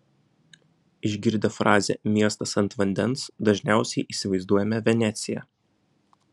išgirdę frazę miestas ant vandens dažniausiai įsivaizduojame veneciją